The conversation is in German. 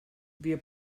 wir